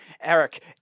Eric